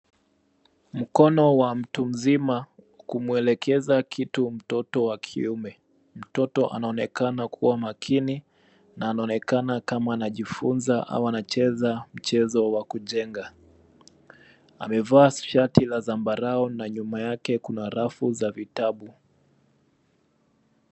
Mkono wa mtu mzima ,kumwelekeza kitu mtoto wa kiume. Mtoto anaonekana kuwa makini, na anaonekana kama anajifunza au anacheza mchezo wa kujenga. Amevaa shati la zambarau na nyuma yake kuna rafu za vitabu.